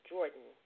Jordan